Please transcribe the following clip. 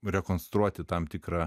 rekonstruoti tam tikrą